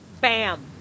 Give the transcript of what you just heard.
bam